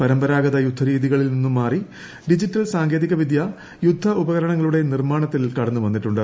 പരമ്പരാഗത യുദ്ധരീതികളിൽ നിന്ന് മാറി ഡിജിറ്റൽ സാങ്കേതികവിദ്യ യുദ്ധോപകരണങ്ങളുടെ നിർമ്മാണത്തിൽ കടന്നുവന്നിട്ടുണ്ട്